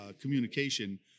communication